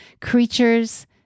creatures